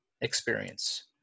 experience